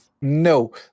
No